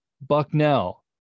Bucknell